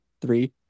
Three